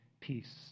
peace